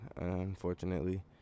Unfortunately